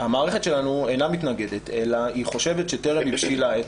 המערכת שלנו אינה מתנגדת אלא היא סבורה שטרם הגיעה העת.